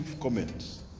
comments